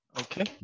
Okay